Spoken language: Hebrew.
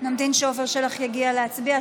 נמתין שעפר שלח יגיע להצביע.